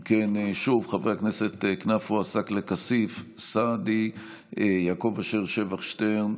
חוק חדלות פירעון ושיקום כלכלי (תיקון מס' 4,